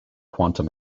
quantum